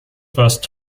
first